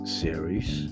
series